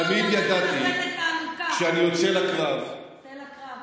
תמיד ידעתי: כשאני יוצא לקרב, יוצא לקרב.